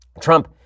Trump